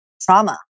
trauma